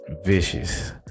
vicious